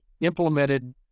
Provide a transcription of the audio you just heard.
implemented